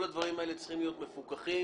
כל הדברים האלה צריכים להיות מפוקחים